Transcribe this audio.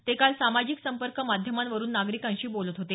ते काल सामाजिक संपर्क माध्यमांवरून नागरिकांशी बोलत होते